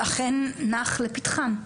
שאכן נח לפתחם.